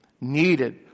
Needed